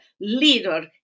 leader